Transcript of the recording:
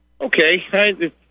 okay